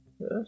Yes